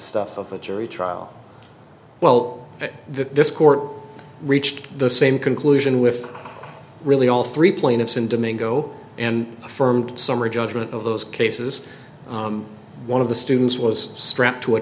stuff of a jury trial well this court reached the same conclusion with really all three plaintiffs in domingo and affirmed summary judgment of those cases one of the students was strapped to a